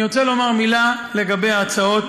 אני רוצה לומר מילה לגבי ההצעות